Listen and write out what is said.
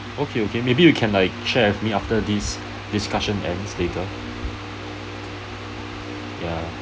oh okay okay maybe you can like share with me after this discussion ends later ya